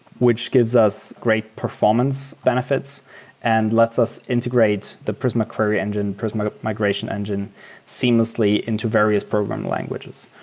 which gives us great performance benefits and lets us integrates the prisma query engine, prisma migration engine seamlessly into various programming languages.